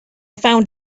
found